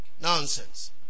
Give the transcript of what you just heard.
Nonsense